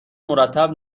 مرتب